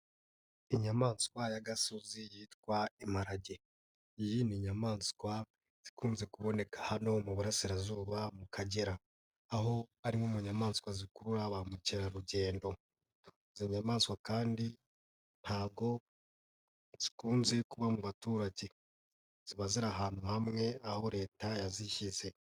Inyamaswa y'agasozi yitwa imparage. Iyi ni nyamaswa zikunze kuboneka hano mu burasirazuba mu Kagera, aho ari nko mu nyamaswa zikurura ba mukerarugendo. Izo nyamaswa kandi ntago zikunze kuba mu baturage, ziba ziri ahantu hamwe, aho leta yazishyize.